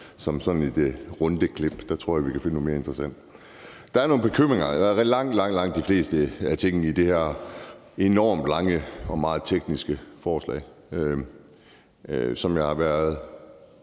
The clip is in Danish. som sådan et rundeklip. Der tror jeg, at vi kan finde noget mere interessant. Langt, langt de fleste af tingene i det her enormt lange og meget tekniske forslag, som jeg har været